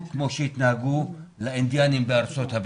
כמו שהתנהגו לאינדיאנים בארצות הברית.